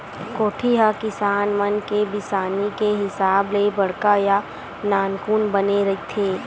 कोठी ह किसान मन के किसानी के हिसाब ले बड़का या नानकुन बने रहिथे